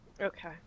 Okay